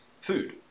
food